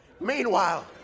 Meanwhile